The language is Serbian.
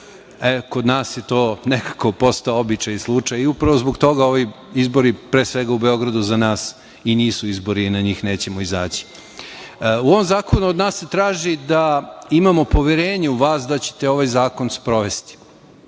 Kod nas je to nekako postao običaj i slučaj. Upravo zbog toga ovi izbori, pre svega, u Beogradu, za nas i nisu izbori i na njih nećemo izaći.U ovom zakonu od nas se traži da imamo poverenje u vas da ćete ovaj zakon sprovesti.